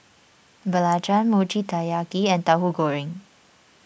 Belacan Mochi Taiyaki and Tahu Goreng